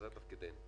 זה תפקידנו.